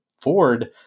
Ford